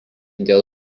dėl